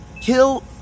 Kill